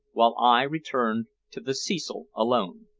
while i returned to the cecil alone.